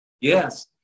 Yes